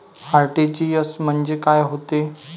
RTGS म्हंजे काय होते?